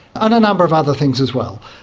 and a number of other things as well.